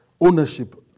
ownership